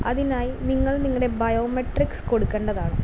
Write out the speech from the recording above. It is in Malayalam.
അതിനായി നിങ്ങൾ നിങ്ങളുടെ ബയോമെട്രിക്സ് കൊടുക്കേണ്ടതാണ്